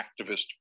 activist